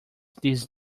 these